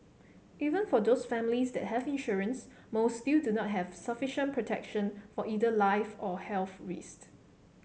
even for those families that have insurance most still do not have sufficient protection for either life or health risks